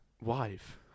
wife